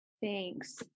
Thanks